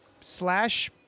slash